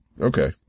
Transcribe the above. Okay